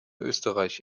österreich